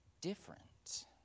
different